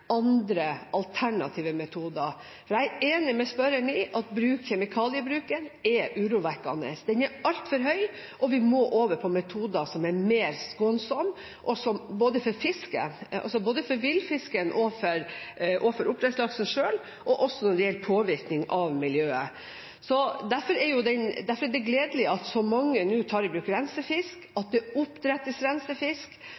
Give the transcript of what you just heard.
andre, alternative metoder. Jeg er enig med spørreren i at kjemikaliebruken er urovekkende. Den er altfor høy, og vi må over på metoder som er mer skånsomme for både villfisken og oppdrettslaksen og når det gjelder påvirkning av miljøet. Derfor er det gledelig at så mange nå tar i bruk rensefisk, at det oppdrettes rensefisk,